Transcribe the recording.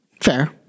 Fair